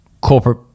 corporate